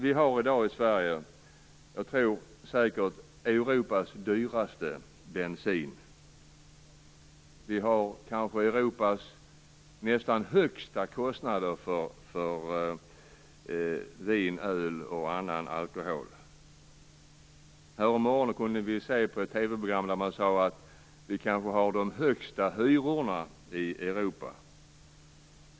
Vi har i dag i Sverige säkert Europas dyraste bensin. Vi har kanske Europas högsta kostnader för vin, öl och annan alkohol. Häromdagen sade man i ett TV-program att vi kanske har de högsta hyrorna i Europa.